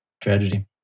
Tragedy